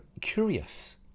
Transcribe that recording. curious